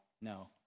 No